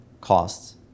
costs